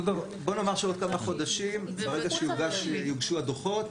בוא נאמר שבעוד כמה חודשים ברגע שיוגשו הדוחות